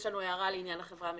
יש לנו הערה לעניין 'החברה המשותפת',